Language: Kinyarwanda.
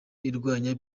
irwanya